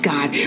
God